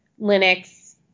Linux